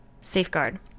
Safeguard